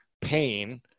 pain